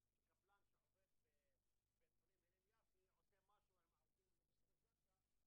שקבלן שעובד בבית חולים הלל יפה עושה משהו עם העובדים מג'סר א-זרקא.